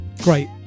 great